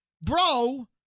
Bro